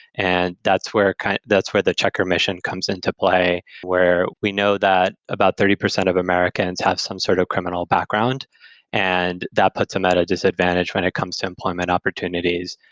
and that's where kind of that's where the checkr mission comes into play, where we know that about thirty percent of americans have some sort of criminal background and that puts them at a disadvantage when it comes to employment opportunities.